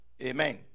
Amen